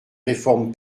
réforme